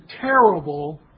terrible